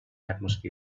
atmosphere